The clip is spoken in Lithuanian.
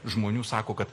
žmonių sako kad